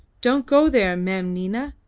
don't go there, mem nina.